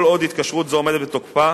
כל עוד התקשרות זו עומדת בתוקפה,